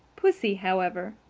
pussy, however,